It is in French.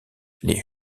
les